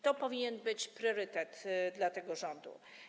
To powinien być priorytet dla tego rządu.